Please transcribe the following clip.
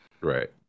Right